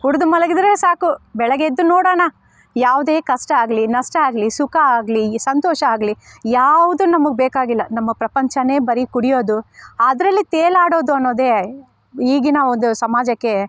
ಕುಡಿದು ಮಲಗಿದರೆ ಸಾಕು ಬೆಳಗ್ಗೆ ಎದ್ದು ನೋಡೋಣ ಯಾವುದೇ ಕಷ್ಟ ಆಗಲಿ ನಷ್ಟ ಆಗಲಿ ಸುಖ ಆಗಲಿ ಸಂತೋಷ ಆಗಲಿ ಯಾವುದು ನಮಗೆ ಬೇಕಾಗಿಲ್ಲ ನಮ್ಮ ಪ್ರಪಂಚ ಬರೀ ಕುಡಿಯೋದು ಆದರಲ್ಲಿ ತೇಲಾಡೋದು ಅನ್ನೋದೇ ಈಗಿನ ಒಂದು ಸಮಾಜಕ್ಕೆ